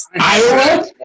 Iowa